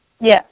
Yes